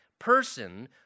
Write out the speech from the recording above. person